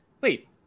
wait